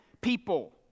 people